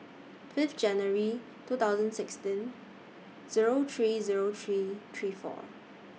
Fifth January two thousand sixteen Zero three Zero three three four